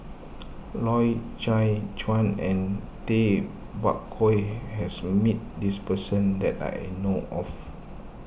Loy Chye Chuan and Tay Bak Koi has met this person that I know of